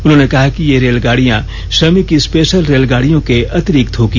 उन्होंने कहा कि ये रेलगाड़ियां श्रमिक स्पेशल रेलगाड़ियों को अतिरिक्त होंगी